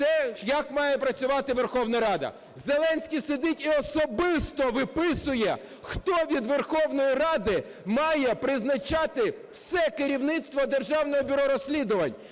те як має працювати Верховна Рада. Зеленський сидить і особисто виписує, хто від Верховної Ради має призначати все керівництво Державного бюро розслідувань.